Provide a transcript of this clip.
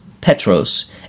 Petros